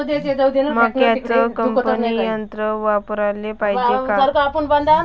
मक्क्याचं कापनी यंत्र वापराले पायजे का?